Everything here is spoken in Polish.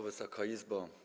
Wysoka Izbo!